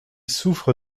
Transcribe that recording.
souffre